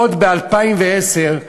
עוד ב-2010,